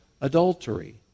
adultery